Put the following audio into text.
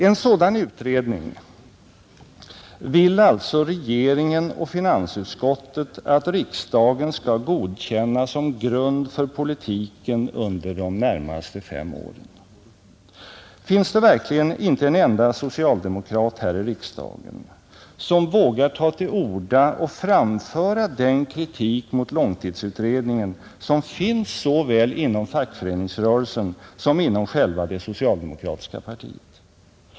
En sådan utredning vill alltså regeringen och finansutskottet att riksdagen skall godkänna som grund för politiken under de närmaste fem åren. Finns det verkligen inte en enda socialdemokrat här i riksdagen som vågar ta till orda och framföra den kritik mot långtidsutredningen som finns inom såväl fackföreningsrörelsen som inom själva det socialdemokratiska partiet?